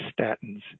statins